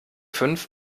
fünf